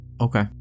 Okay